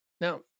Now